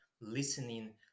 listening